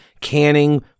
canning